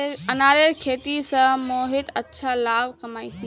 अनारेर खेती स मोहित अच्छा लाभ कमइ ले